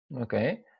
Okay